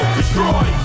destroy